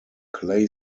clay